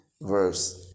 verse